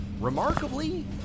Remarkably